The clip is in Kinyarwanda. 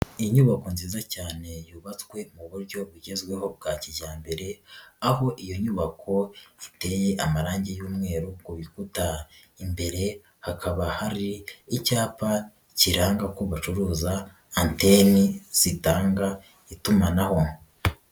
Inyubako nziza cyane yubatswe mu buryo bugezweho bwa kijyambere aho iyo nyubako iteye amarangi y'umweru ku bikuta, imbere hakaba hari icyapa kiranga ko bacuruza anteni zitanga itumanaho.